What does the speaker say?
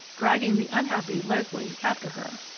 dragging the unhappy leslie after her.